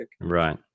Right